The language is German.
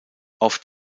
oft